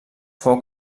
fou